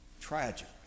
Tragic